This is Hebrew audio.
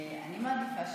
אני מעדיפה שלא.